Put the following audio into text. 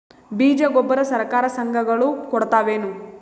ಬೀಜ ಗೊಬ್ಬರ ಸರಕಾರ, ಸಂಘ ಗಳು ಕೊಡುತಾವೇನು?